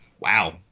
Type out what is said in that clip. wow